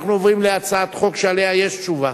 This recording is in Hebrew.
אנחנו עוברים להצעת חוק שעליה יש תשובה,